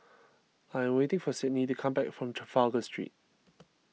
I am waiting for Sydnee to come back from Trafalgar Street